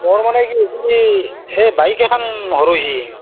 মোৰ মানে কি হৈছে এ বাইক এখন হৰ'হি